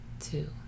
two